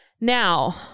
Now